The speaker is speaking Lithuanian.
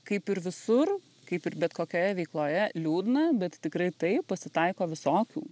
kaip ir visur kaip ir bet kokioje veikloje liūdna bet tikrai taip pasitaiko visokių